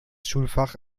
schulfach